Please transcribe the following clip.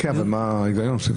מה ההיגיון?